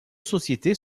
sociétés